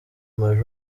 maj